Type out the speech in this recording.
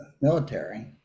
military